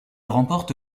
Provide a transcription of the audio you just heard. remporte